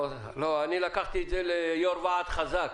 לא, אני לקחתי את זה ליו"ר ועד חזק.